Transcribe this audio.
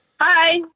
Hi